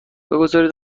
بگذارید